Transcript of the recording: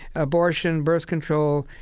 abortion, birth control,